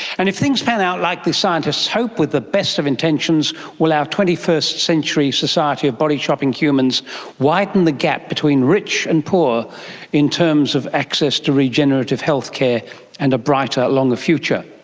and if things pan out like the scientists hope, with the best of intentions, will our twenty first century society of body-shopping humans widen the gap between rich and poor in terms of access to regenerative healthcare and a brighter, longer future?